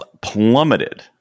plummeted